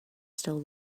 still